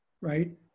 right